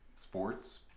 sports